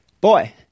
Boy